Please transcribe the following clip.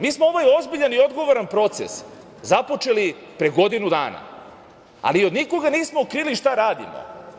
Mi smo ovaj ozbiljan i odgovoran proces započeli pre godinu dana, ali ni od koga nismo krili šta radimo.